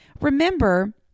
Remember